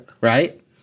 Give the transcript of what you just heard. Right